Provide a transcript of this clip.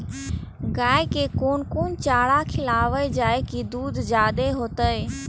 गाय के कोन कोन चारा खिलाबे जा की दूध जादे होते?